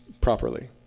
properly